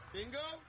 Bingo